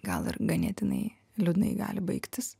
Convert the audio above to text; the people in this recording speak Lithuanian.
gal ir ganėtinai liūdnai gali baigtis